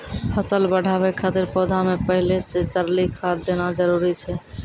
फसल बढ़ाबै खातिर पौधा मे पहिले से तरली खाद देना जरूरी छै?